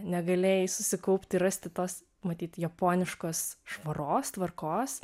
negalėjai susikaupti rasti tos matyt japoniškos švaros tvarkos